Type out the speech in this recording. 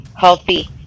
healthy